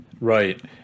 Right